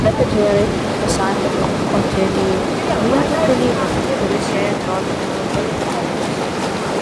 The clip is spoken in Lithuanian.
bet atvirai pasakė otilijai vieną dalyką kuris jai atrodė nelabai deramas